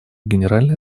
генеральной